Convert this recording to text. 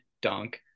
dunk